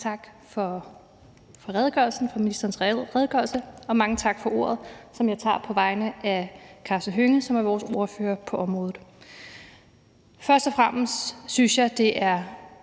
(SF): Mange tak for ministerens redegørelse og mange tak for ordet, som jeg tager på vegne af hr. Karsten Hønge, som er vores ordfører på området. Først og fremmest synes jeg, det er